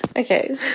Okay